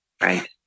Right